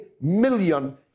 million